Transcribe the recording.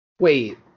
Wait